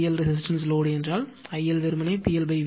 L resistance load என்றால் IL வெறுமனே PL VL